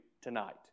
tonight